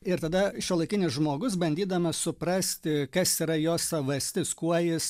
ir tada šiuolaikinis žmogus bandydamas suprasti kas yra jo savastis kuo jis